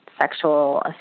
sexual